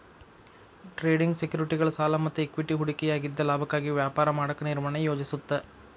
trading ಸೆಕ್ಯುರಿಟಿಗಳ ಸಾಲ ಮತ್ತ ಇಕ್ವಿಟಿ ಹೂಡಿಕೆಯಾಗಿದ್ದ ಲಾಭಕ್ಕಾಗಿ ವ್ಯಾಪಾರ ಮಾಡಕ ನಿರ್ವಹಣೆ ಯೋಜಿಸುತ್ತ